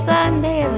Sunday